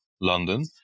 London